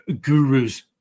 gurus